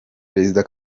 perezida